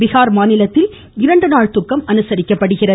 பீகார் மாநிலத்தில் இரண்டு நாள் துக்கம் அனுசரிக்கப்படுகிறது